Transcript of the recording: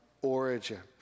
origin